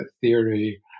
theory